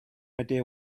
idea